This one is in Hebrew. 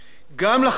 גם לבקר,